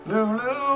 Lulu